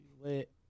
lit